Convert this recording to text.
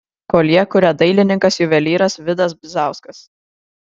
koljė kuria dailininkas juvelyras vidas bizauskas